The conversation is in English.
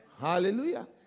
Hallelujah